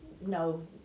no